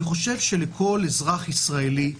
לכל אזרח ישראלי,